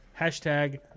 Hashtag